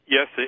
Yes